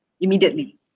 immediately